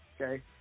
Okay